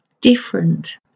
different